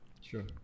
sure